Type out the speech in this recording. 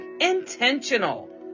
intentional